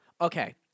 Okay